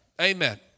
amen